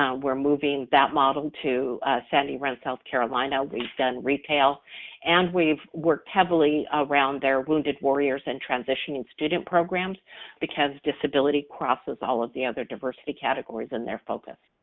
um we're moving that model to sandy run, south carolina. we've done retail and we've worked heavily around their wounded warriors and transitioning student programs because disability crosses all of the other diversity categories in their focus,